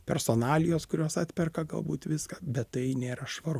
personalijos kurios atperka galbūt viską bet tai nėra švaru